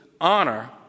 honor